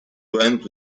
went